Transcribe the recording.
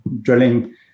drilling